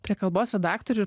prie kalbos redaktorių